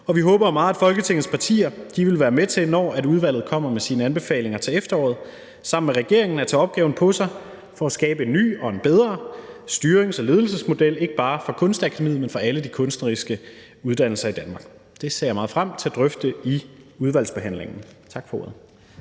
og vi håber meget, at Folketingets partier vil være med til, når udvalget kommer med sine anbefalinger til efteråret, sammen med regeringen at tage opgaven på sig for at skabe en ny og bedre styrings- og ledelsesmodel, ikke bare for Kunstakademiet, men for alle de kunstneriske uddannelser i Danmark. Det ser jeg meget frem til at drøfte i udvalgsbehandlingen. Tak for ordet.